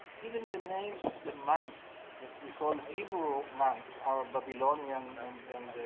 even the names of the months that we call hebrew months are ah babylonian and and